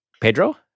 Pedro